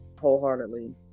wholeheartedly